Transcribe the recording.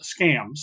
scams